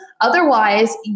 otherwise